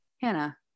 Hannah